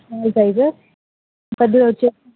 చిన్న సైజు పెద్దది వచ్చే